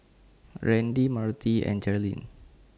Randy Marty and Jerilyn